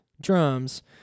drums